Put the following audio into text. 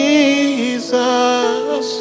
Jesus